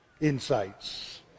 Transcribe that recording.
insights